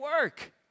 work